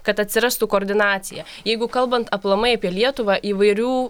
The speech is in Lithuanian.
kad atsirastų koordinacija jeigu kalbant aplamai apie lietuvą įvairių